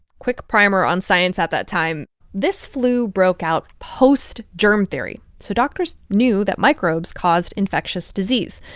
quick primer on science at that time this flu broke out post-germ theory. so doctors knew that microbes caused infectious disease,